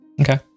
Okay